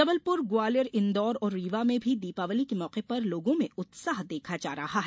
जबलपूर ग्वालियर इंदौर और रीवा में भी दीपावली के मौके पर लोगों में उत्साह देखा जा रहा है